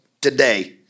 today